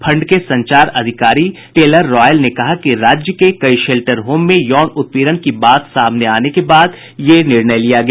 fund के संचार अधिकारी टेलर रॉयल ने कहा कि राज्य के कई शेल्टर होम में यौन उत्पीड़न की बात सामने आने के बाद यह निर्णय लिया गया